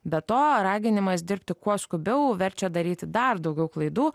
be to raginimas dirbti kuo skubiau verčia daryti dar daugiau klaidų